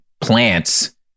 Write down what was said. plants